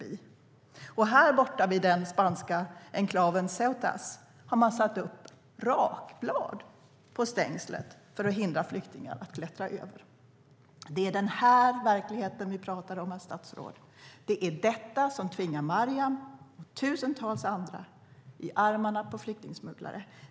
Vid läktaren på andra sidan kammaren, vid den spanska enklaven Ceuta, har man satt upp rakblad på stängslet för att hindra flyktingar att klättra över. Det är den här verkligheten vi talar om, herr statsråd. Det är detta som tvingar Mariam och tusentals andra i armarna på flyktingsmugglare.